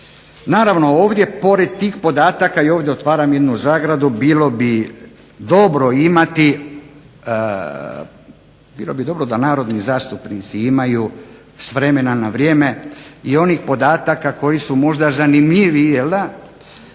Naravno ovdje pored tih podataka i ovdje otvaram jednu zagradu bilo bi dobro imati, bilo bi dobro da narodni zastupnici imaju s vremena na vrijeme i onih podataka koji su možda zanimljiviji jel'da